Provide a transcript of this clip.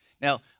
Now